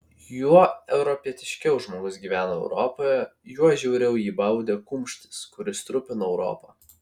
juo europietiškiau žmogus gyveno europoje juo žiauriau jį baudė kumštis kuris trupino europą